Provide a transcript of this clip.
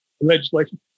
legislation